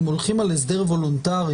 אם הולכים על הסדר וולונטרי,